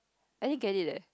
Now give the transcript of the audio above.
I didn't get it leh